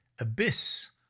abyss